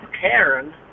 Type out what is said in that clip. Karen